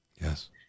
Yes